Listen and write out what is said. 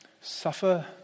suffer